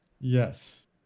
yes